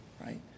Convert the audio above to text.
right